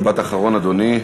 משפט אחרון, אדוני.